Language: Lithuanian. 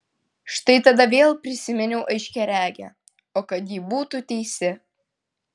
štai tada vėl prisiminiau aiškiaregę o kad ji būtų teisi